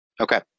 Okay